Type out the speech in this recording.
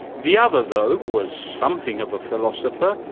the other though was something of a philosopher,